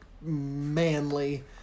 manly